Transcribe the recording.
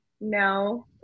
no